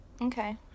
okay